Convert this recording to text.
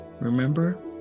Remember